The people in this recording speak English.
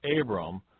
Abram